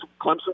Clemson